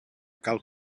cal